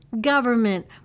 government